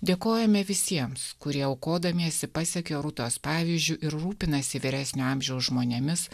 dėkojame visiems kurie aukodamiesi pasekė rūtos pavyzdžiu ir rūpinasi vyresnio amžiaus žmonėmis